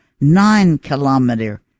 nine-kilometer